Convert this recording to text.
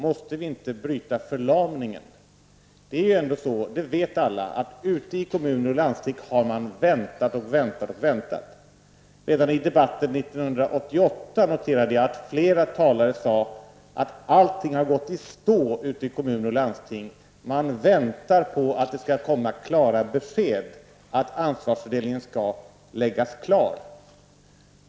Måste vi inte bryta förlamningen? Alla vet att ute i kommuner och landsting har man väntat och väntat. Redan i debatten 1988 noterade jag att flera talare sade att allting har gått i stå i kommuner och landsting. Man väntar på att det skall komma klara besked, dvs. att ansvarsfördelningen skall klaras ut.